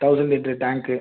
thousand litre tank